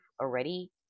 already